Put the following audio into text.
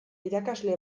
irakasle